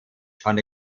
johnny